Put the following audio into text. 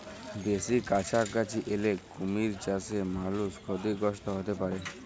বেসি কাছাকাছি এলে কুমির চাসে মালুষ ক্ষতিগ্রস্ত হ্যতে পারে